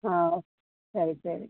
ಹಾಂ ಸರಿ ಸರಿ